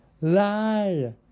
lie